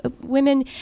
women